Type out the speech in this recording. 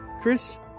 Chris